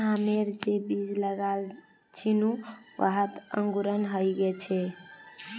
आमेर जे बीज लगाल छिनु वहात अंकुरण हइ गेल छ